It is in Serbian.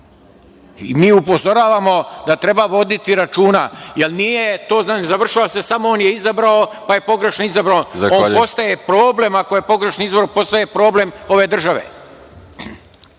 i mi upozoravamo da treba voditi računa. Ne završava se samo - on je izabrao, pa je pogrešno izabrao. On postaje problem ako je pogrešno izabran, postaje problem ove države.